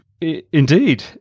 Indeed